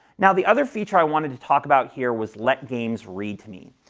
now, the other feature i wanted to talk about here was let games read to me.